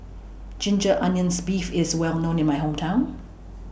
Ginger Onions Beef IS Well known in My Hometown